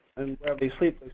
and wherever they sleep,